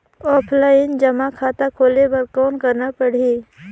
Offline जमा खाता खोले बर कौन करना पड़ही?